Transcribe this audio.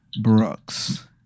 Brooks